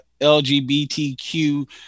LGBTQ